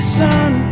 son